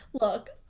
Look